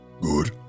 Good